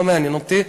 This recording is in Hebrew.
לא מעניין אותי,